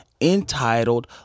entitled